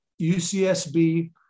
UCSB